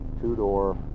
two-door